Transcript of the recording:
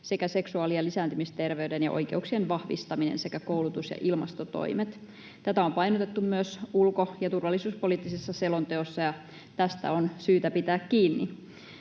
sekä seksuaali- ja lisääntymisterveyden ja oikeuksien vahvistaminen, koulutus ja ilmastotoimet. Tätä on painotettu myös ulko- ja turvallisuuspoliittisessa selonteossa, ja tästä on syytä pitää kiinni.